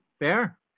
Fair